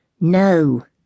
No